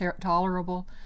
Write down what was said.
tolerable